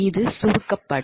இது சுருக்கப்படும்